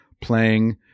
playing